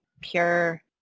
pure